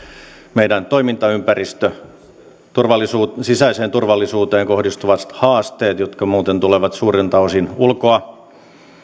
meidän toimintaympäristömme sisäiseen turvallisuuteen kohdistuvat haasteet jotka muuten tulevat suurilta osin ulkoa